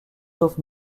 sauf